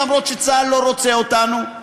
למרות שצה"ל לא רוצה אותנו,